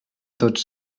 tots